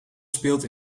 speelt